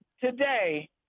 today